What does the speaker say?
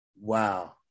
Wow